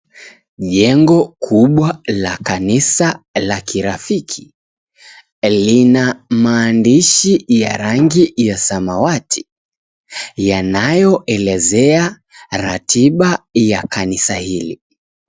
Jengo kubwa la Kanisa la Kirafiki, lina maandishi ya rangi ya samawati yanayoelezea ratiba ya kanisa hili.